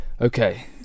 okay